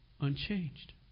unchanged